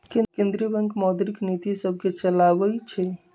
केंद्रीय बैंक मौद्रिक नीतिय सभके चलाबइ छइ